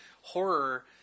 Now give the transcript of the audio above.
horror